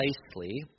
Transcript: precisely